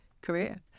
career